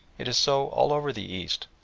it is so all over the east,